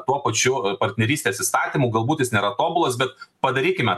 tuo pačiu partnerystės įstatymu galbūt jis nėra tobulas bet padarykime